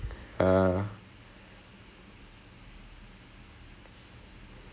the he he freaked out matt freaked out when he found out how much I was training